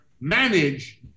manage